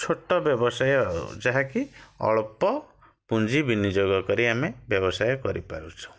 ଛୋଟ ବ୍ୟବସାୟ ଆଉ ଯାହାକି ଅଳ୍ପ ପୁଞ୍ଜି ବିନିଯୋଗ କରି ଆମେ ବ୍ୟବସାୟ କରିପାରୁଛୁ